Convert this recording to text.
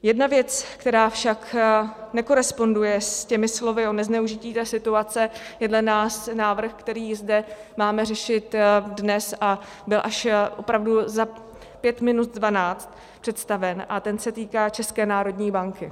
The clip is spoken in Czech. Jedna věc, která však nekoresponduje s těmi slovy o nezneužití situace, je dle nás návrh, který zde máme řešit dnes a byl až opravdu za pět minut dvanáct představen, a ten se týká České národní banky.